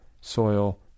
soil